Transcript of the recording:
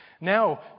now